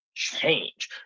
Change